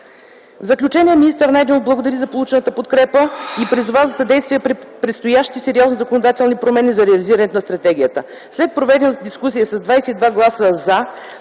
В заключение министър Найденов благодари за получената подкрепа и призова за съдействие при предстоящите сериозни законодателни промени за реализирането на стратегията. След проведената дискусия с 22 гласа „за”,